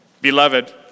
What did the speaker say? Beloved